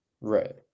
Right